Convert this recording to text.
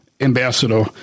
ambassador